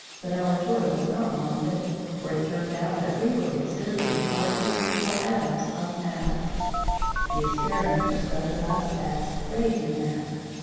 but our joy was not long-lived, for it turned out that we were considered to be particles or atoms of matter the experimenter spoke of us as radiant matter.